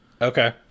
Okay